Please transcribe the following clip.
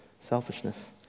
selfishness